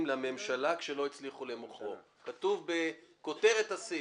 לממשלה כשלא הצליחו למוכרו." זה כתוב בכותרת הסעיף.